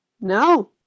No